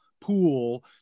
pool